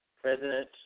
President